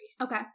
Okay